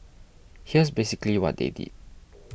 here's basically what they did